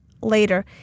later